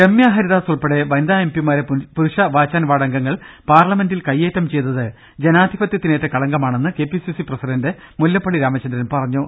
രമൃ ഹരിദാസ് ഉൾപ്പെടെ വനിതാ എംപിമാരെ പുരുഷ വാച്ച് ആന്റ് വാർഡ് അംഗങ്ങൾ പാർലമെന്റിൽ കയ്യേറ്റം ചെയ്തത് ജനാ ധിപതൃത്തിനേറ്റ കളങ്കമാണെന്ന് കെപിസിസി പ്രസിഡന്റ് മുല്ലപ്പള്ളി രാമചന്ദ്രൻ പറഞ്ഞു